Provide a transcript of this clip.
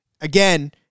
again